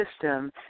system